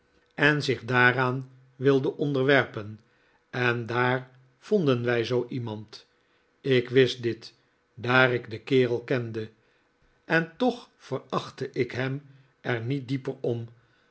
en zichdaaraan wilde onderwerpen en daar vonden wij zoo iemand ik wist dit daar ik den kerel kende en toch verachtte ik hem er niet dieper om